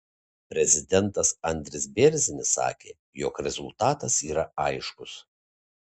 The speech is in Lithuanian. prezidentas andris bėrzinis sakė jog rezultatas yra aiškus